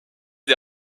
des